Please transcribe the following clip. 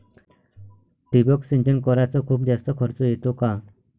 ठिबक सिंचन कराच खूप जास्त खर्च येतो का?